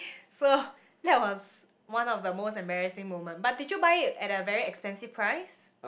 so that was one of the most embarrassing moment but did you buy it at a very expensive price